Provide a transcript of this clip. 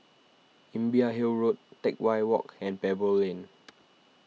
Imbiah Hill Road Teck Whye Walk and Pebble Lane